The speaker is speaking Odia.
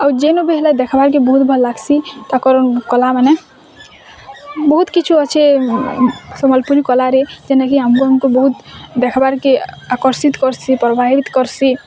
ଆଉ ଯେନୁ ବି ହେଲେ ଦେଖବାର୍କେ ବୋହୁତ୍ ଭଲ୍ ଲାଗ୍ସି ତାକର୍ କଲାମାନେ ବହୁତ୍ କିଛୁ ଅଛେ ସମ୍ବଲପୁରୀ କଲାରେ ଯେନେ କି ଆମ୍କୁ ଆମ୍କୁ ବୋହୁତ୍ ଦେଖବାର୍କେ ଆକର୍ଷିତ୍ କର୍ସି ପ୍ରବାଭିତ୍ କର୍ସି